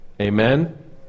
Amen